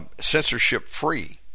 censorship-free